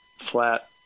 Flat